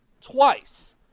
twice